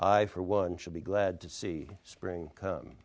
i for one should be glad to see spring